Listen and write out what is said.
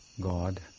God